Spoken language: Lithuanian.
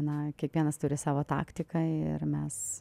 na kiekvienas turi savo taktiką ir mes